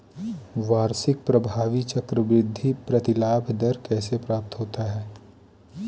वार्षिक प्रभावी चक्रवृद्धि प्रतिलाभ दर कैसे प्राप्त होता है?